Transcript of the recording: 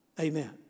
Amen